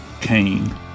Cain